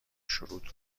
شروط